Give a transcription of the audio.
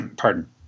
Pardon